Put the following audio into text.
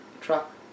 Truck